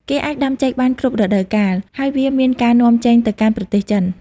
គេអាចដាំចេកបានគ្រប់រដូវកាល ហើយវាមានការនាំចេញទៅកាន់ប្រទេសចិន។